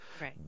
right